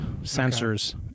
sensors